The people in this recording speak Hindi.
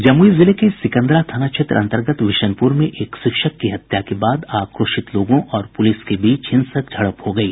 जमुई जिले के सिकंदरा थाना क्षेत्र अन्तर्गत विशनपुर में एक शिक्षक की हत्या के बाद आक्रोशित लोगों और पुलिस के बीच हिंसक झड़प हो गयी